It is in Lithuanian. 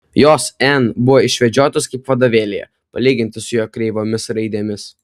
jos n buvo išvedžiotos kaip vadovėlyje palyginti su jo kreivomis raidėmis